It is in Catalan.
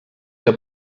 que